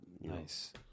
nice